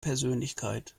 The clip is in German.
persönlichkeit